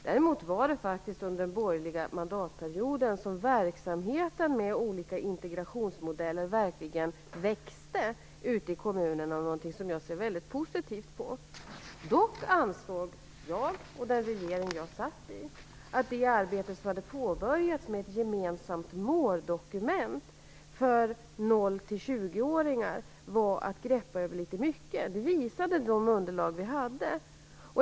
Däremot var det under den borgerliga mandatperioden som verksamheten med olika integrationsmodeller verkligen växte ute i kommunerna, och det är något som jag ser som väldigt positivt. Dock ansåg jag och den regering jag satt i att det arbete som hade påbörjats med ett gemensamt måldokument för barn och ungdomar i åldern 0-20 år var att greppa över litet mycket. Det visade de underlag vi hade.